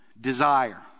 desire